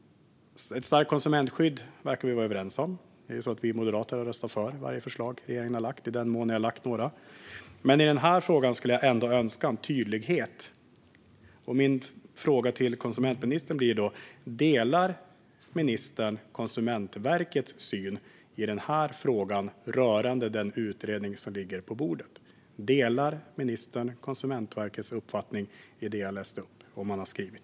Vi verkar vara överens om ett stärkt konsumentskydd. Vi moderater har röstat för varje förslag som regeringen har lagt fram, i den mån den har lagt fram några. Men i den här frågan skulle jag ändå önska en tydlighet. Min fråga till konsumentministern blir: Delar ministern Konsumentverkets syn i den här frågan rörande den utredning som ligger på bordet? Delar ministern Konsumentverkets uppfattning i det jag läste upp som man har skrivit?